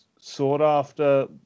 sought-after